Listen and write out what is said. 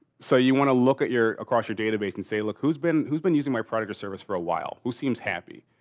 so you want to look at your across your database and say look, who's been who's been using my product or service for a while? who seems happy?